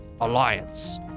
alliance